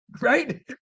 right